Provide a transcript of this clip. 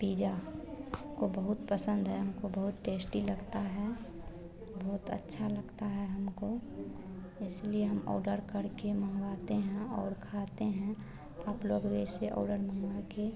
pizza हमको बहुत पसंद है हमको बहुत टेश्टी लगता है बहुत अच्छा लगता है हमको इसलिए हम ऑडर करके मँगवाते हैं और खाते हैं आप लोग वैसे ऑडर मँगवाकर